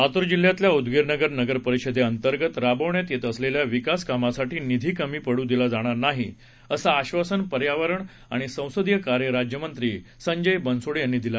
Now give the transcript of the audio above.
लातूर जिल्ह्यातल्या उदगीर नगर नगरपरिषदे अंतर्गत राबवण्यात येत असलेल्या विकास कामासाठी निधी कमी पडू दिला जाणार नाही असं आश्वासन पर्यावरण आणि संसदीय कार्य राज्यमंत्री संजय बनसोडे यांनी दिलं